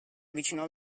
avvicinò